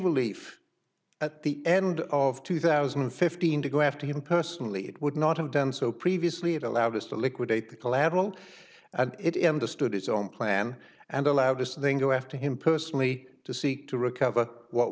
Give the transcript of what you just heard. relief at the end of two thousand and fifteen to go after him personally it would not have done so previously it allowed us to liquidate the collateral and it him to stood his own plan and allow this thing go after him personally to seek to recover what